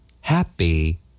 Happy